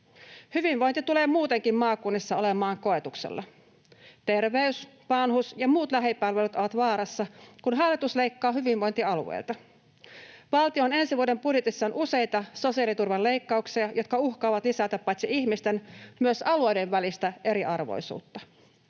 Hyvinvointi tulee muutenkin maakunnissa olemaan koetuksella. Terveys-, vanhus- ja muut lähipalvelut ovat vaarassa, kun hallitus leikkaa hyvinvointialueilta. Valtion ensi vuoden budjetissa on useita sosiaaliturvan leikkauksia, jotka uhkaavat lisätä paitsi ihmisten myös alueiden välistä eriarvoisuutta.